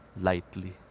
lightly